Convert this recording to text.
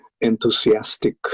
enthusiastic